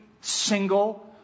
single